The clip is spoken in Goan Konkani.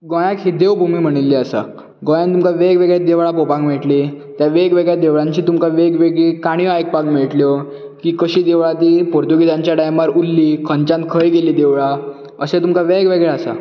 गोंयांक ही देव भुमी म्हणिल्लें आसा गोंयान तुमकां वेगवेगळीं देवळां पळोवपाक मेळटलीं त्या वेगवेगळ्या देवळांची तुमकां वेगवेगळीं काणयो आयकूपाक मेळटल्यो की कशी तीं देवळां पोर्तुगीजांच्या टायमार उरलीं खंयच्यान खंय गेलीं देवळां अशें तुमकां वेगवेगळें आसा